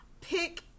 Pick